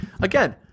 Again